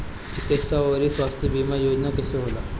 चिकित्सा आऊर स्वास्थ्य बीमा योजना कैसे होला?